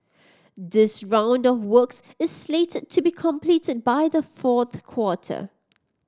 this round of works is slated to be completed by the fourth quarter